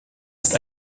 ist